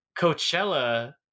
Coachella